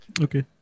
Okay